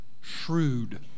shrewd